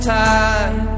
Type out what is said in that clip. time